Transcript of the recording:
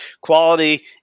quality